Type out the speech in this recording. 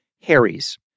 Harry's